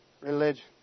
religion